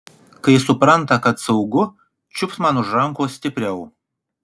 kai supranta kad saugu čiupt man už rankos stipriau